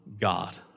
God